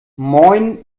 moin